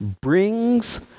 brings